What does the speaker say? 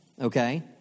okay